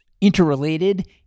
interrelated